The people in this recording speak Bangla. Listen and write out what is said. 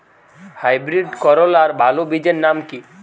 হাইব্রিড করলার ভালো বীজের নাম কি?